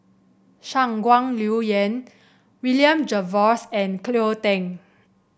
Shangguan Liuyun William Jervois and Cleo Thang